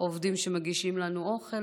העובדים שמגישים לנו אוכל,